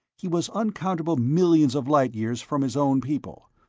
he was uncountable millions of light-years from his own people.